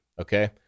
okay